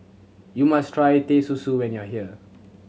you must try Teh Susu when you are here